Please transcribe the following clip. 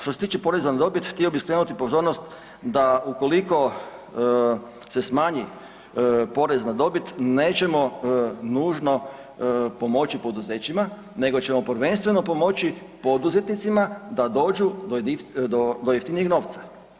Što se tiče poreza na dobit, htio bih skrenuti pozornost da ukoliko se smanji porez na dobit nećemo nužno pomoći poduzećima, nego ćemo prvenstveno pomoći poduzetnicima da dođu do jeftinijeg novca.